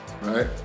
Right